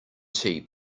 tnt